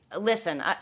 listen